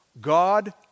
God